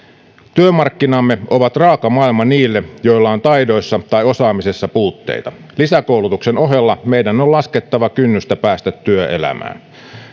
työmarkkinamme ovat raaka maailma niille joilla on taidoissa tai osaamisessa puutteita lisäkoulutuksen ohella meidän on laskettava kynnystä päästä työelämään